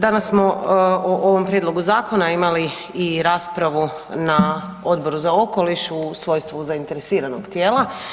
Danas smo o ovom prijedlogu zakona i imali raspravu na Odboru za okoliš u svojstvu zainteresiranog tijela.